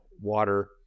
water